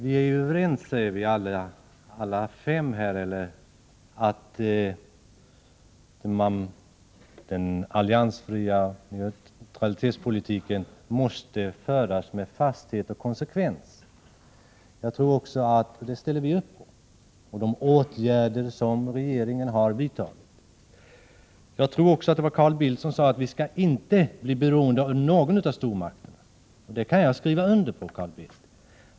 Vi är ju överens — det säger alla fem partierna här — om att alliansfrihet och neutralitetspolitik måste drivas med fasthet och konsekvens. Vi ställer oss också bakom regeringens deklarationer. Jag tror att det var Carl Bildt som sade att vi inte skall bli beroende av någon av stormakterna, och det kan jag skriva under på.